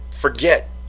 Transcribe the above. forget